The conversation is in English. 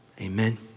Amen